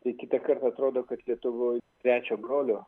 tai kitą kart atrodo kad lietuvoj trečio brolio